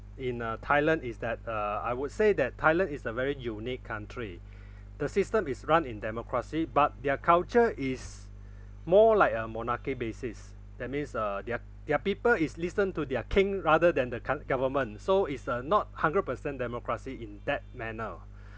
in uh thailand is that uh I would say that thailand is a very unique country the system is run in democracy but their culture is more like a monarchy basis that means uh their their people is listen to their king rather than the current government so is uh not hundred percent democracy in that manner